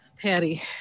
Patty